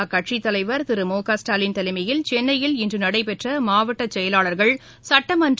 அக்கட்சித் தலைவர் திரு மு க ஸ்டாலின் தலைமையில் சென்னையில் இன்று நடைபெற்ற மாவட்ட செயலாளர்கள் சட்டமன்ற